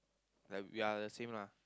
like we're the same lah